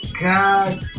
God